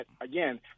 again